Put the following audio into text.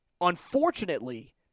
unfortunately